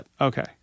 Okay